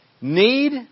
need